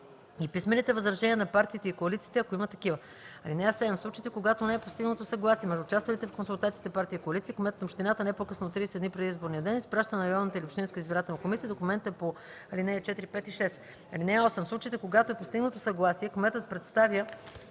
и писмените възражения на партиите и коалициите, ако има такива. (7) В случаите, когато не е постигнато съгласие между участвалите в консултациите партии и коалиции, кметът на общината не по-късно от 30 дни преди изборния ден изпраща на районната или общинската избирателна комисия документите по ал. 4, 5 и 6. (8) В случаите, когато е постигнато съгласие, кметът представя